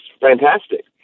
fantastic